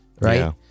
right